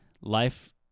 life